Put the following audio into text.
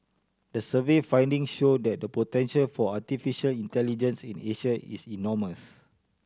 the survey finding show that the potential for artificial intelligence in Asia is enormous